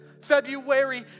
February